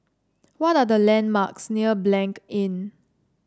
what are the landmarks near Blanc Inn